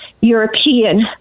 European